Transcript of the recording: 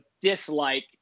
dislike